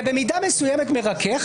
זה במידה מסוימת מרכך,